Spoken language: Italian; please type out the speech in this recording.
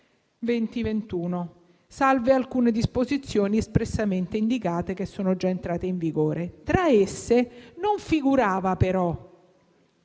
2020-2021, salve alcune disposizioni espressamente indicate che sono già entrata in vigore. Tra esse non figurava però